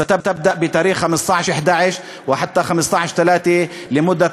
היא תתחיל ב-15 בנובמבר ותימשך עד 15 במרס,